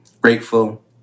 grateful